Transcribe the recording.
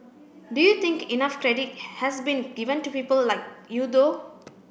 do you think enough credit has been given to people like you though